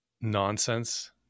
nonsense